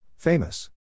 Famous